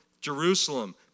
Jerusalem